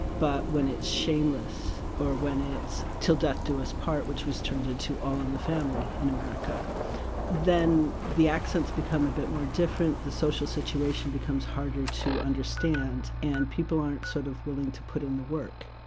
but when it's shameless or when it's till death do us part which was turned into all in the family in america then the accents become a bit more different, the social situation becomes harder to understand and people aren't sort of willing to put in the work.